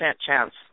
chance